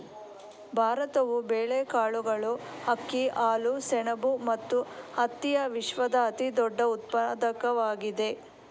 ಭಾರತವು ಬೇಳೆಕಾಳುಗಳು, ಅಕ್ಕಿ, ಹಾಲು, ಸೆಣಬು ಮತ್ತು ಹತ್ತಿಯ ವಿಶ್ವದ ಅತಿದೊಡ್ಡ ಉತ್ಪಾದಕವಾಗಿದೆ